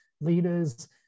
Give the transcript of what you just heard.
leaders